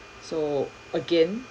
so again